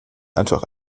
einfach